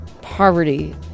poverty